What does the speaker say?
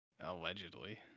allegedly